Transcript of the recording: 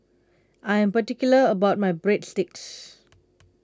I am particular about my Breadsticks